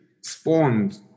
spawned